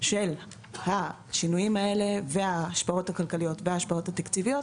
של השינויים האלה וההשפעות הכלכליות וההשפעות התקציביות,